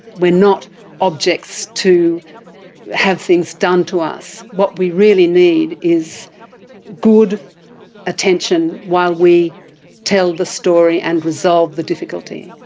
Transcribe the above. we are not objects to have things done to us. what we really need is good attention while we tell the story and resolve the difficulty.